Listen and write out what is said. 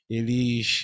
Eles